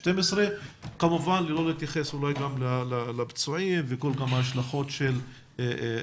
2012. על זה יש להוסיף את הפצועים והשלכות בנוגע לאשמים,